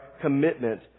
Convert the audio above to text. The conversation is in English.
commitment